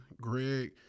Greg